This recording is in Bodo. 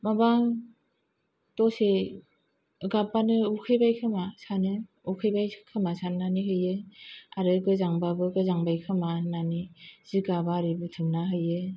माबा दसे गाबबानो उखैबाय खोमा सानो उखैबाय खोमा साननानै होयो आरो गोजांबाबो गोजांबाय खोमा होननानै जिगाब आरि बुथुमना हैयो